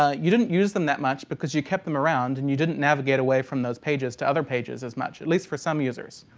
ah you didn't use them that much because you kept them around and you didn't navigate away from those pages to other pages as much, at least for some users.